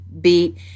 beat